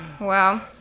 Wow